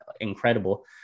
incredible